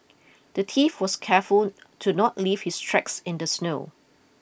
the thief was careful to not leave his tracks in the snow